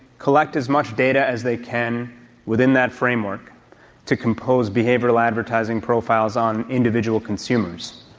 collect as much data as they can within that framework to compose behavioral advertising profiles on individual consumers.